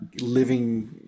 living